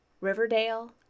Riverdale